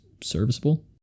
serviceable